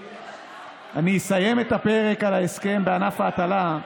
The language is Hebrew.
אני אסיים את הפרק על ההסכם בענף ההטלה,